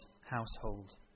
household